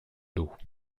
dos